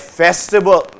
festival